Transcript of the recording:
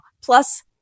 Plus